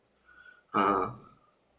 uh